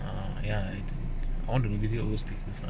err ya all the music all these business lah